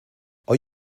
are